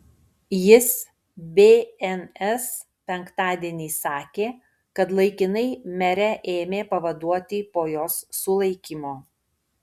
jis bns penktadienį sakė kad laikinai merę ėmė pavaduoti po jos sulaikymo